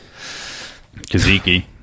Kaziki